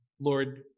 Lord